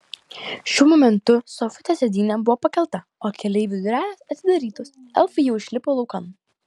šiuo momentu sofutės sėdynė buvo pakelta o keleivių durelės atidarytos elfai jau išlipo laukan